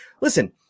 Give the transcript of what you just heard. listen